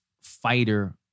fighter